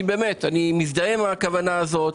אני מזדהה איתה,